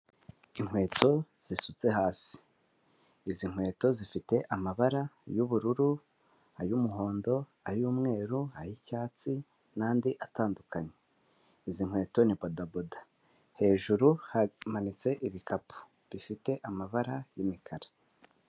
Inkweto zisutse hasi, izi nkweto zifite amabara y'ubururu, ay'umuhondo, ay'umweru ay'icyatsi n'andi atandukanye, izi nkweto ni bodaboda, hejuru hamanitse ibikapu bifite amabara y'imikara.